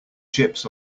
chips